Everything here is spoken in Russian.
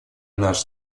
наш